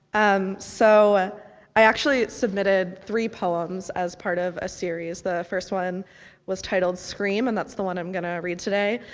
um, so i actually submitted three poems, as part of a series. the first one was titled scream, and that's the one i'm gonna read today,